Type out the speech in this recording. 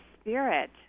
spirit